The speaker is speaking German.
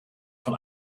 von